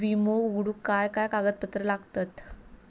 विमो उघडूक काय काय कागदपत्र लागतत?